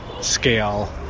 scale